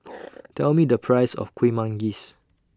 Tell Me The Price of Kuih Manggis